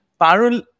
Parul